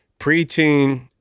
preteen